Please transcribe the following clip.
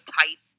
tight